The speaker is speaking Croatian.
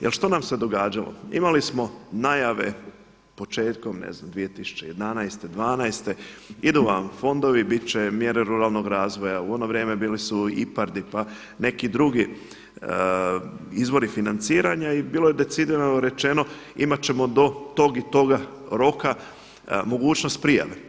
Jer što nam se događalo, imali smo najave početkom ne znam 2011., 2012. idu vam fondovi, biti će mjere ruralnog razvoja, u ono vrijeme bili su IPARD, IPA, neki drugi izvori financiranja i bilo je decidirano rečeno, imati ćemo do tog i toga roka mogućnost prijave.